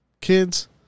kids